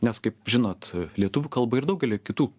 nes kaip žinot lietuvių kalba ir daugelyje kitų